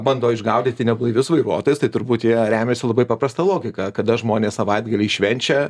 bando išgaudyti neblaivius vairuotojus tai turbūt jie remiasi labai paprasta logika kada žmonės savaitgalį švenčia